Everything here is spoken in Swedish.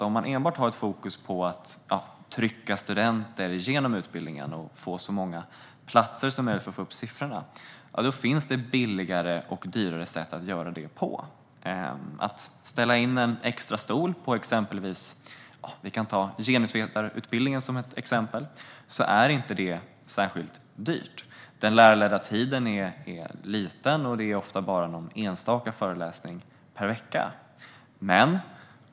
Om man enbart har fokus på att trycka studenter genom utbildningen och få så många platser som möjligt för att få upp siffrorna finns det billigare och dyrare sätt att göra det på. Att ställa in en extra stol på exempelvis genusvetarutbildningen är inte särskilt dyrt. Den lärarledda tiden är liten, och det är ofta bara någon enstaka föreläsning per vecka.